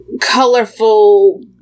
colorful